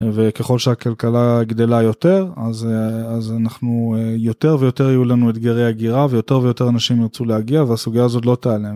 וככל שהכלכלה גדלה יותר, אז אנחנו, יותר ויותר יהיו לנו אתגרי הגירה ויותר ויותר אנשים ירצו להגיע והסוגיה הזאת לא תעלם.